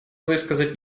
высказать